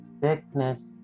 thickness